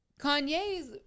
Kanye's